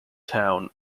town